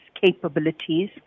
capabilities